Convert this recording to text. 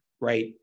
right